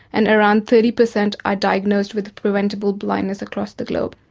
and around thirty percent are diagnosed with preventable blindness across the globe.